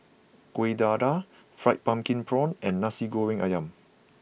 Kueh Dadar Fried Pumpkin Prawns and Nasi Goreng Ayam